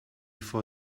for